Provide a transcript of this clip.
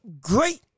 great